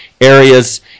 areas